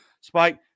Spike